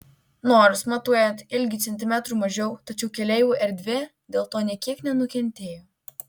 nors matuojant ilgį centimetrų mažiau tačiau keleivių erdvė dėl to nė kiek nenukentėjo